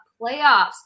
playoffs